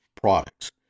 products